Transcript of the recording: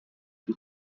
die